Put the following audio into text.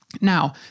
Now